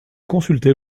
consulter